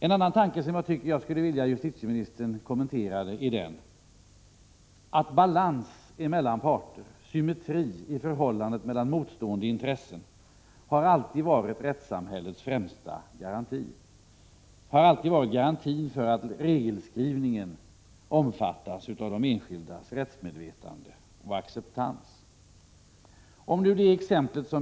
En annan tanke som jag tycker att justitieministern skulle kommentera är att balans mellan parter, symmetri i förhållandet mellan motstående intressen, alltid har varit rättssamhällets främsta garanti, bl.a. för att regelskrivningen omfattas av de enskildas rättsmedvetande och acceptans.